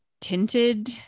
tinted